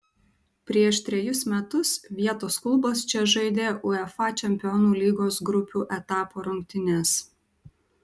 prieš trejus metus vietos klubas čia žaidė uefa čempionų lygos grupių etapo rungtynes